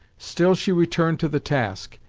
still she returned to the task,